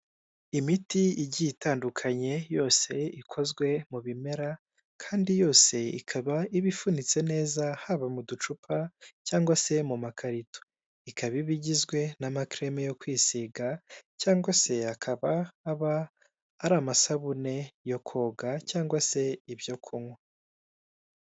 Imiti igiye itandukanye yose ikozwe mu bimera, kandi yose ikaba iba ifunitse neza, haba mu ducupa cyangwa se mu makarito. Ikaba iba igizwe n'amakereme yo kwisiga cyangwa se akaba aba ari amasabune yo koga cyangwa se ibyo kunywa.